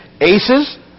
Aces